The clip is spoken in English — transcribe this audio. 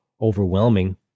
overwhelming